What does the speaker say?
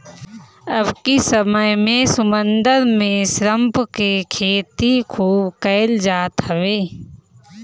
अबकी समय में समुंदर में श्रिम्प के खेती खूब कईल जात हवे